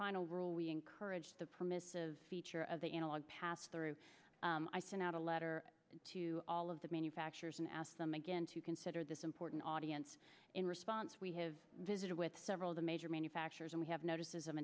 final rule we encourage the permissive feature of the analog pass through i sent out a letter to all of the manufacturers and ask them again to consider this important audience in response we have visited with several of the major manufacturers and we have notices